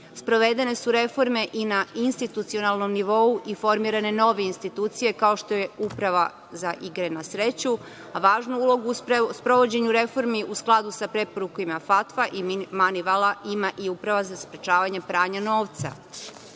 Sprovedene su reforme i na institucionalnom nivou i formirane nove institucije, kao što je Uprava za igre na sreću, a važnu ulogu u sprovođenju refomri u skladu sa preporukama FATFA i Manivala, ima i Uprava za sprečavanje pranja novca. Kao